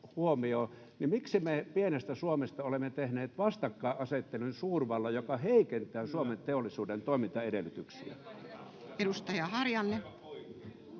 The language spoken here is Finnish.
Miksi me pienestä Suomesta olemme tehneet vastakkainasettelun suurvallan, joka heikentää Suomen teollisuuden toimintaedellytyksiä?